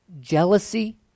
jealousy